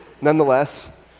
nonetheless